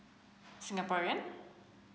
singaporean